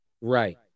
Right